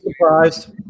surprised